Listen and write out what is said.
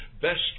Best